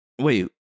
Wait